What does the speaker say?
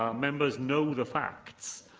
ah members know the facts,